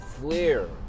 flair